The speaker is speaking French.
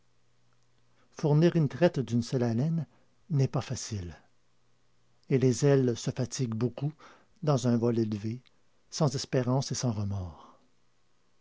fournir une traite d'une seule haleine n'est pas facile et les ailes se fatiguent beaucoup dans un vol élevé sans espérance et sans remords